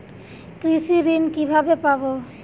কৃষি ঋন কিভাবে পাব?